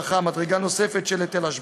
מדרגה נוספת של היטל השבחה.